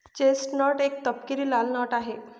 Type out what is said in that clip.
chestnut एक तपकिरी लाल नट आहे